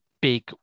big